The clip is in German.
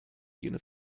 jene